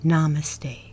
Namaste